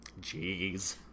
jeez